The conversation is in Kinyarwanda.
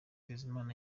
bizimana